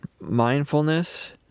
mindfulness